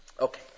Okay